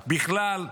בכלל,